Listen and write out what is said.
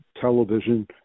television